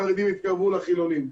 החרדים יתקרבו לחילונים.